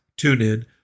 TuneIn